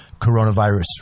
coronavirus